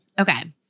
Okay